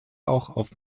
auch